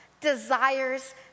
desires